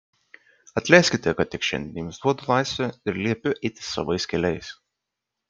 atleiskite kad tik šiandien jums duodu laisvę ir liepiu eiti savais keliais